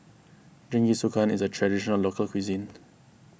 Jingisukan is a Traditional Local Cuisine